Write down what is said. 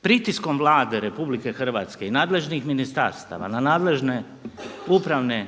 Pritiskom Vlade Republike Hrvatske i nadležnih ministarstava na nadležne upravne